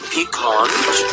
Pecans